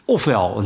Ofwel